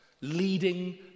leading